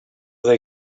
they